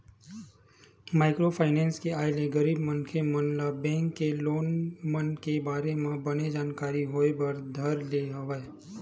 micro finance के आय ले गरीब मनखे मन ल बेंक के लोन मन के बारे म बने जानकारी होय बर धर ले हवय